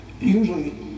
usually